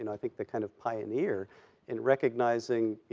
and i think the kind of pioneer in recognizing, you